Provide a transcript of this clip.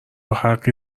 حقی